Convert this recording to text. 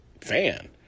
fan